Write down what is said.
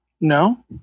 No